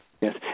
Yes